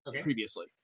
previously